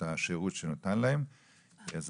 השירות שניתן להם עד כמה שאנחנו יכולים,